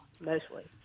mostly